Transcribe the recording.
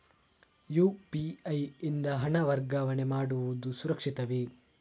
UPI ಯಿಂದ ಹಣ ವರ್ಗಾವಣೆ ಮಾಡುವುದು ಸುರಕ್ಷಿತವೇ?